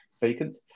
vacant